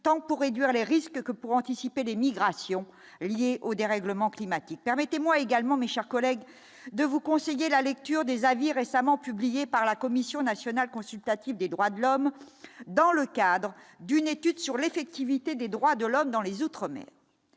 tant pour réduire les risques que pour anticiper les migrations liées au dérèglement climatique, permettez-moi également Michard collègues de vous conseiller la lecture des avis récemment publiés par la Commission nationale consultative des droits de l'homme dans le cadre d'une étude sur l'effectivité des droits de l'homme dans les outre-mer